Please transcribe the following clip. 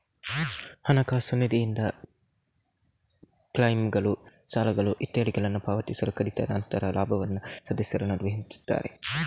ಹಣಕಾಸು ನಿಧಿಯಿಂದ ಕ್ಲೈಮ್ಗಳು, ಸಾಲಗಳು ಇತ್ಯಾದಿಗಳನ್ನ ಪಾವತಿಸಿ ಕಡಿತದ ನಂತರ ಲಾಭವನ್ನ ಸದಸ್ಯರ ನಡುವೆ ಹಂಚ್ತಾರೆ